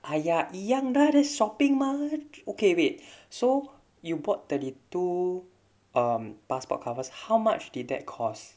!aiya! 一样 lah that's shopping mah okay wait so you bought thirty two um passport covers how much did that cost